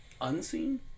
unseen